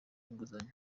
inguzanyo